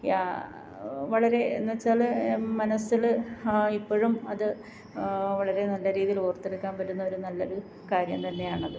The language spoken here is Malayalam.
വളരെ എന്ന് വച്ചാൽ മനസ്സിൽ ഇപ്പോഴും അത് വളരെ നല്ല രീതിയിൽ ഓർത്തെടുക്കാൻ പറ്റുന്ന ഒരു നല്ല ഒരു കാര്യം തന്നെയാണത്